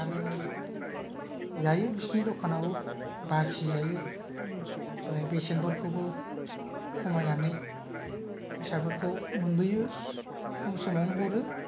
आरो जायो बिसिनि दखानावबो बाखि जायो बेसेनफोरखौबो खमायनानै फैसाफोरखौ मोनबोयो खम समावनो हरो